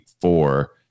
four